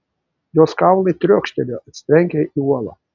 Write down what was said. jos kaulai triokštelėjo atsitrenkę į uolą